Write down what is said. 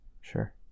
sure